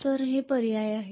तर ते पर्यायी होईल